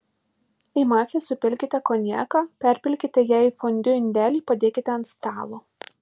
į masę supilkite konjaką perpilkite ją į fondiu indelį padėkite ant stalo